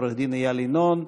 עורך-הדין איל ינון,